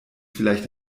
vielleicht